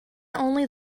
only